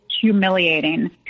humiliating